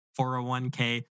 401k